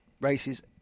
races